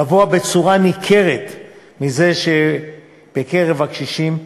גבוה במידה ניכרת מזה שבקרב הקשישים.